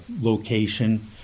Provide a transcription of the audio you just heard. location